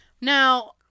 Now